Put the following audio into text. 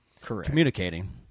communicating